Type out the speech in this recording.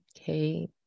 Okay